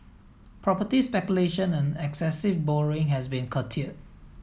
property speculation and excessive borrowing has been curtail